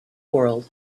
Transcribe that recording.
world